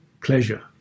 pleasure